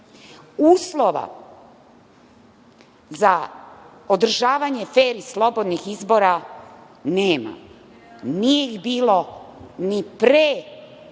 izbore. Uslova za održavanje fer i slobodnih izbora nema. Nije ih bilo ni pre